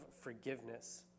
forgiveness